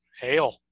Hail